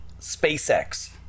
SpaceX